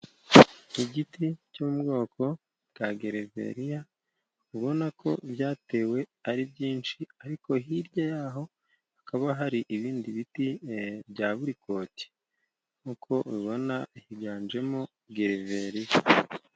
Igiti cyo mubwoko bwa gereveriya, ubona ko byatewe ari byinshi, ariko hirya yaho hakaba hari ibindi biti bya buri koti, nkuko ubibona higanjemo gereveriya.